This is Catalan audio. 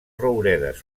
rouredes